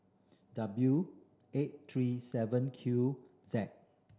W eight three seven Q Z